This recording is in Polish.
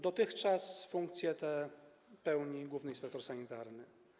Dotychczas funkcje te pełnił główny inspektor sanitarny.